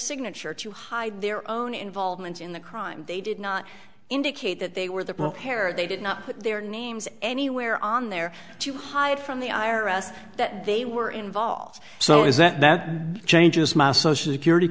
signature to hide their own involvement in the crime they did not indicate that they were the preparer they did not put their names anywhere on there to hide from the i r s that they were involved so is that that changes my social security